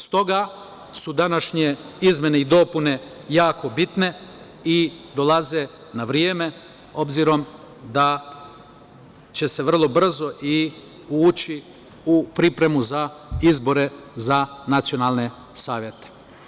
Stoga su današnje izmene i dopune jako bitne i dolaze na vreme, obzirom da će se vrlo brzo i ući u pripremu za izbore za nacionalne savete.